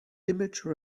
image